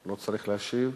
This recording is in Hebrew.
לא צריך להשיב.